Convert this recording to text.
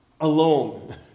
alone